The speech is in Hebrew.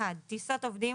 טיסות עובדים,